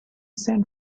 san